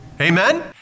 Amen